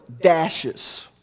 dashes